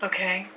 Okay